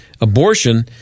abortion